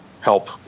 help